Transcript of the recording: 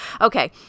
Okay